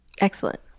excellent